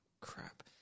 crap